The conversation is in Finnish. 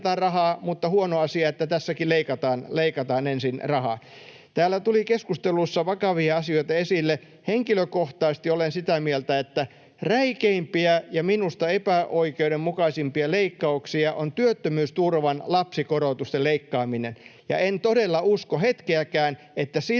mutta huono asia, että tässäkin leikataan ensin rahaa. Täällä tuli keskustelussa vakavia asioita esille. Henkilökohtaisesti olen sitä mieltä, että minusta räikeimpiä ja epäoikeudenmukaisimpia leikkauksia on työttömyysturvan lapsikorotusten leikkaaminen. En todella usko hetkeäkään, että sillä,